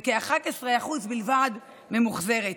וכ-11% בלבד, ממוחזרת.